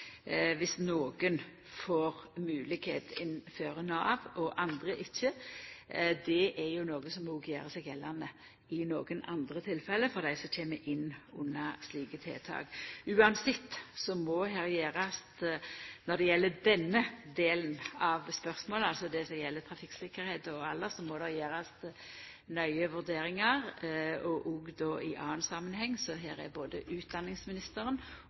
nokon får moglegheit innanfor Nav og andre ikkje. Det er noko som òg gjer seg gjeldande i nokre andre tilfelle for dei som kjem inn under slike tiltak. Når det gjeld denne delen av spørsmålet, altså det som gjeld trafikktryggleik og alder, må det uansett gjerast nøye vurderingar òg i annan samanheng. Så her er både utdanningsministeren